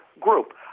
group